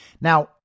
Now